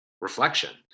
reflection